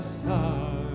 side